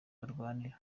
barwanira